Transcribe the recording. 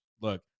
Look